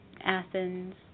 Athens